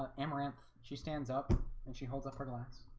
and amber amp she stands up and she holds up her glass